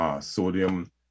Sodium